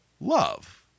love